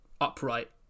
upright